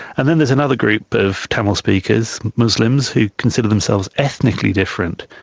and then there is another group of tamil speakers, muslims, who consider themselves ethnically different.